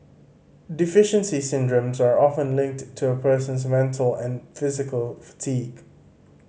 deficiency syndromes are often linked to a person's mental and physical fatigue